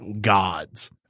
gods